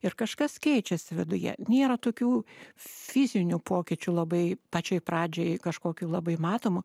ir kažkas keičiasi viduje nėra tokių fizinių pokyčių labai pačioj pradžioj kažkokių labai matomų